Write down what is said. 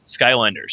Skylanders